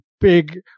big